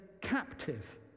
captive